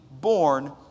born